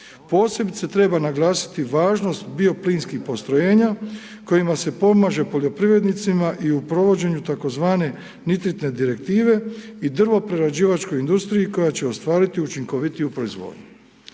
Posebice treba naglasiti važnost bioplinskih postrojenja kojima se pomaže poljoprivrednicima i u provođenju tzv. Nitratne direktive i drvoprerađivačkoj industriji koja će ostvariti učinkovitiju proizvodnju.